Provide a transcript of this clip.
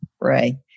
Ray